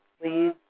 please